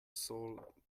sole